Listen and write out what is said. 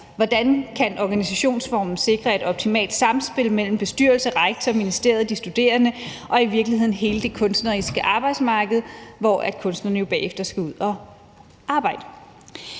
Hvordan kan organisationsformen sikre et optimalt samspil mellem bestyrelser, rektor, ministeriet, de studerende og i virkeligheden hele det kunstneriske arbejdsmarked, hvor kunstnerne jo bagefter skal ud at arbejde?